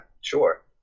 sure